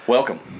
Welcome